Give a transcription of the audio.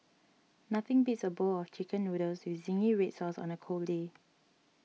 nothing beats a bowl of Chicken Noodles with Zingy Red Sauce on a cold day